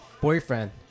boyfriend